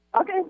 okay